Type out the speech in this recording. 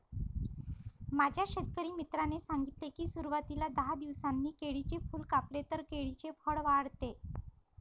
माझ्या शेतकरी मित्राने सांगितले की, सुरवातीला दहा दिवसांनी केळीचे फूल कापले तर केळीचे फळ वाढते